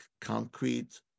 concrete